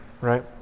Right